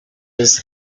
his